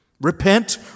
Repent